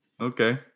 okay